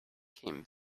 came